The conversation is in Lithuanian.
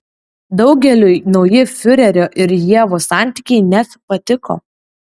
daugeliui nauji fiurerio ir ievos santykiai net patiko